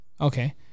okay